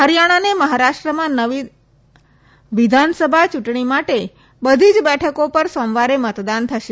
હરીયાણા અને મહારાષ્ટ્રમાં નવી વિધાનસભા ચુંટણી માટે બધી જ બેઠકો પર સોમવારે મતદાન થશે